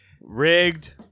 rigged